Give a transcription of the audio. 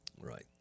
right